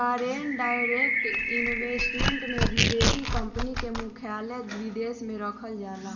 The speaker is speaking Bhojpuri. फॉरेन डायरेक्ट इन्वेस्टमेंट में विदेशी कंपनी के मुख्यालय विदेश में रखल जाला